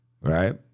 right